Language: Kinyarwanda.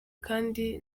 kandi